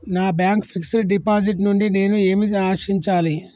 నా bank fixed deposit నుండి నేను ఏమి ఆశించాలి?